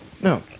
No